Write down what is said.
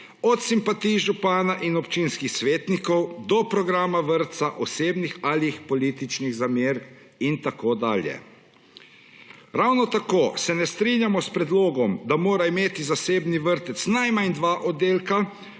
od simpatij župana in občinskih svetnikov do programa vrtca, osebnih ali političnih zamer in tako dalje. Ravno tako se ne strinjamo s predlogom, da mora imeti zasebni vrtec najmanj dva oddelka,